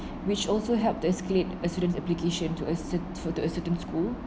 which also help to escalate a student's application to a cer~ to a certain school